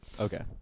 Okay